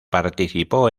participó